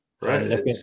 Right